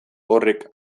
horrek